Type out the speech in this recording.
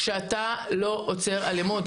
כשאתה לא עוצר אלימות,